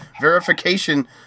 verification